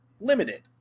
Limited